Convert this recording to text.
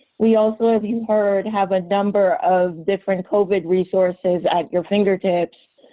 we also, as you heard, have a number of different covid resources at your fingertips.